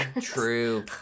true